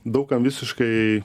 daug kam visiškai